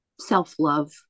self-love